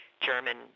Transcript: German